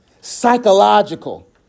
Psychological